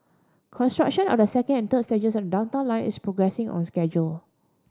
construction of the second and third stages of the Downtown Line is progressing on schedule